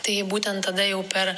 tai būtent tada jau per